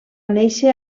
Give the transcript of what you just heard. néixer